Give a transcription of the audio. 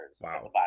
Wow